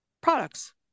products